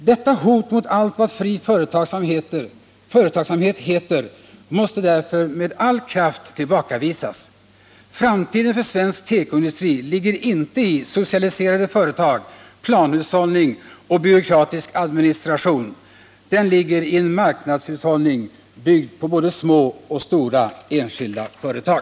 Detta hot mot allt vad fri företagsamhet heter måste därför med all kraft tillbakavisas. Framtiden för svensk tekoindustri ligger inte i socialiserade företag, planhus hållning eller byråkratisk administration. Den ligger i en marknadshushållning byggd på både små och stora enskilda företag.